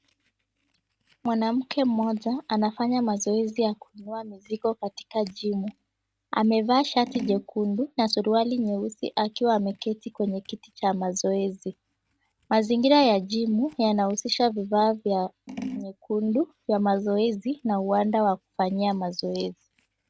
Mwanamke mmoja anafanya mazoezi ya kuinua mzigo katika gimu, amevaa shati jekundu na suruali nyeusi akiwa ameketi kwenye kiti cha mazoezi. Mazingira ya gimu yanahusisha vifaa vya nyekundu za mazoezi na uwanda wa kufanyia mazoezi.